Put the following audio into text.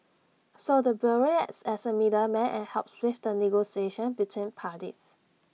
so the bureau acts as A middleman and helps with the negotiation between parties